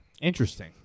Interesting